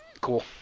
Cool